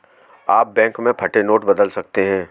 आप बैंक में फटे नोट बदल सकते हैं